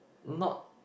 not